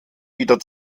wieder